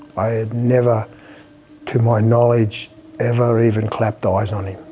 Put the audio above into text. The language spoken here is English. i had never to my knowledge ever even clapped eyes on him.